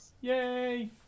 Yay